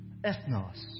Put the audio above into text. Ethnos